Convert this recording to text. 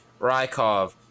Rykov